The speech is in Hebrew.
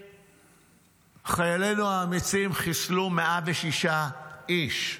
וחיילינו האמיצים חיסלו 106 איש,